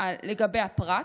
לגבי הפרט,